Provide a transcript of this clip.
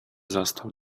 zastał